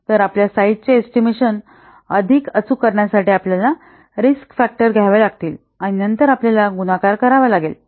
तर आपल्या साईझचे एस्टिमेशन अधिक अचूक करण्यासाठी आपल्याला रिस्क फॅक्टर घ्यावे लागतील आणि नंतर आपल्याला गुणाकार करावा लागेल